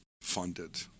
funded